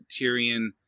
Tyrion